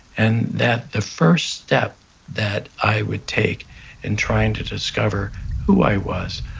and that the first step that i would take in trying to discover who i was,